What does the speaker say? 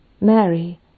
Mary